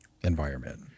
environment